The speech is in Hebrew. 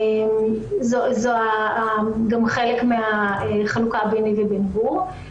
זו גם חלק מהחלוקה ביני ובין גור.